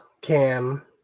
Cam